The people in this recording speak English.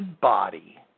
body